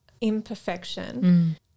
imperfection